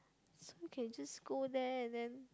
so can just go there and then